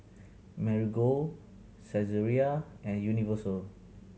Marigold Saizeriya and Universal